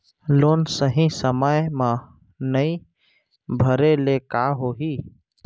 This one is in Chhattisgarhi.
लोन सही समय मा नई भरे ले का होही?